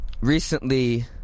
Recently